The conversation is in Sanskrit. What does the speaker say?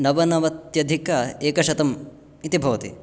नवनवत्यधिक एकशतम् इति भवति